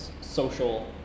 social